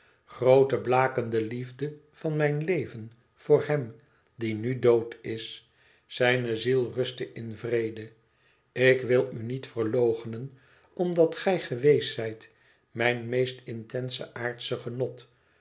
groote blakende liefde van mijn leven voor hem die nu dood is zijne ziel ruste in vrede ik wil u niet verloochenen omdat gij geweest zijt mijn meest intense aardsche genot